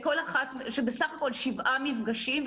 בסך הכול שבעה מפגשים,